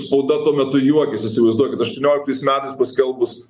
spauda tuo metu juokėsi įsivaizduokit aštuonioliktais metais paskelbus